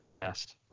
best